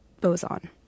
boson